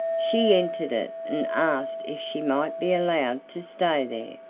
she entered it and asked if she might be allowed to stay there.